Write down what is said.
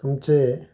तुमचे